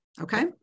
Okay